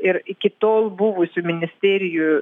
ir iki tol buvusių ministerijų